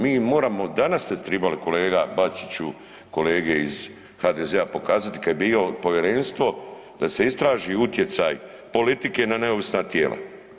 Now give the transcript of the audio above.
Mi moramo, danas ste trebali kolega Bačiću, kolege iz HDZ-a pokazati kad je bilo povjerenstvo da se istr4aži utjecaj politike na neovisna tijela.